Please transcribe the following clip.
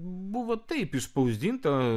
buvo taip išspausdinta